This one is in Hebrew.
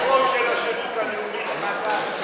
יש חוק של השירות הלאומי בוועדה,